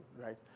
right